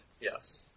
yes